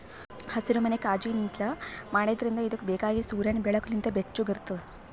ಹಸಿರುಮನಿ ಕಾಜಿನ್ಲಿಂತ್ ಮಾಡಿದ್ರಿಂದ್ ಇದುಕ್ ಬೇಕಾಗಿದ್ ಸೂರ್ಯನ್ ಬೆಳಕು ಲಿಂತ್ ಬೆಚ್ಚುಗ್ ಇರ್ತುದ್